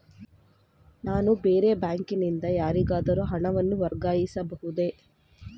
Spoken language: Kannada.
ನಾನು ಬೇರೆ ಬ್ಯಾಂಕಿನಿಂದ ಯಾರಿಗಾದರೂ ಹಣವನ್ನು ವರ್ಗಾಯಿಸಬಹುದೇ?